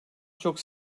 çok